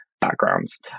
backgrounds